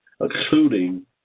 including